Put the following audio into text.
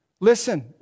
Listen